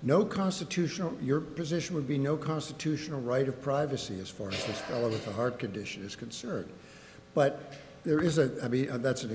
no constitutional your position would be no constitutional right of privacy as forces of a heart condition is concerned but there is a be a that's an